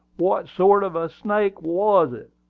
what sort of a snake was it?